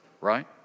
right